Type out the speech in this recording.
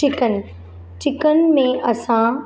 chicken chicken में असां